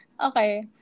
okay